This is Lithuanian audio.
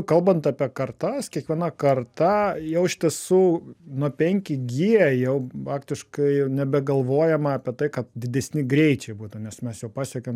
kalbant apie kartas kiekviena karta jau iš tiesų nuo penki gie jau faktiškai nebegalvojama apie tai kad didesni greičiai būtų nes mes jau pasiekėm